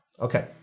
Okay